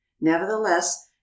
Nevertheless